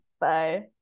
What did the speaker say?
Bye